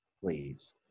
please